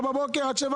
יש לנו